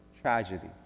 tragedy